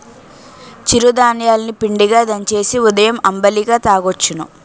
చిరు ధాన్యాలు ని పిండిగా దంచేసి ఉదయం అంబలిగా తాగొచ్చును